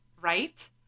Right